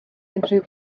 unrhyw